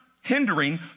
hindering